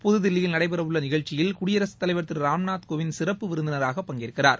புதுதில்லியில் நடைபெறவுள்ள நிகழ்ச்சியில் குடியரசுத் தலைவர் திரு ராம்நாத் கோவிந்த் சிறப்பு விருந்தினராக பங்கேற்கிறார்